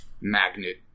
magnet